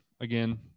again